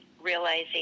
realizing